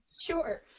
Sure